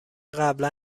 قبلا